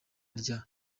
rya